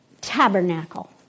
tabernacle